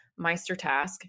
MeisterTask